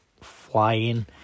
flying